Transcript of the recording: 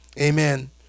Amen